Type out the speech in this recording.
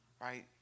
Right